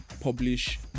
publish